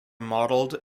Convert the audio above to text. modeled